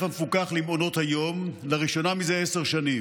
המפוקח למעונות היום לראשונה מזה עשר שנים.